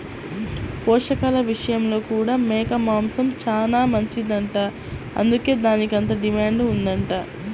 పోషకాల విషయంలో కూడా మేక మాంసం చానా మంచిదంట, అందుకే దానికంత డిమాండ్ ఉందంట